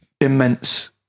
immense